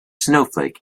snowflake